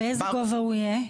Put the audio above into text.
באיזה גובה הוא יהיה?